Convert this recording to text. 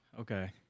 Okay